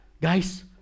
Guys